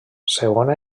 segona